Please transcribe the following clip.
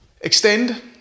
extend